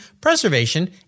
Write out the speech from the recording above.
Preservation